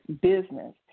business